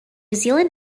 zealand